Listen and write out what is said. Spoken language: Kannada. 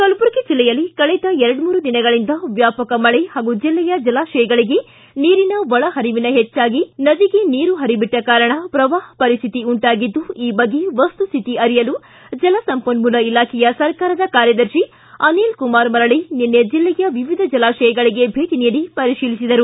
ಕಲಬುರಗಿ ಜಿಲ್ಲೆಯಲ್ಲಿ ಕಳೆದ ಎರಡೂರು ದಿನಗಳಿಂದ ವ್ಯಾಪಕ ಮಳೆ ಪಾಗೂ ಜಿಲ್ಲೆಯ ಜಲಾಶಯಗಳಿಗೆ ನೀರಿನ ಒಳಪರಿವಿನ ಹೆಚ್ಚಾಗಿ ನದಿಗೆ ನೀರು ಪರಿಬಿಟ್ನ ಕಾರಣ ಪ್ರವಾಪ ಪರಿಸ್ತಿತಿ ಉಂಟಾಗಿದ್ದು ಈ ಬಗ್ಗೆ ವಸ್ತುಹಿತಿ ಅರಿಯಲು ಜಲಸಂಪನ್ನೂಲ ಇಲಾಖೆಯ ಸರ್ಕಾರದ ಕಾರ್ಯದರ್ಶಿ ಅನೀಲಕುಮಾರ ಮರಳಿ ನಿನ್ನೆ ಜಿಲ್ಲೆಯ ವಿವಿಧ ಜಲಾತಯಗಳಿಗೆ ಭೇಟಿ ನೀಡಿ ಪರಿಶೀಲಿಸಿದರು